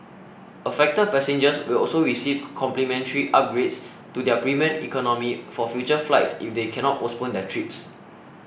affected passengers will also receive complimentary upgrades to their premium economy for future flights if they cannot postpone their trips